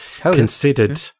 considered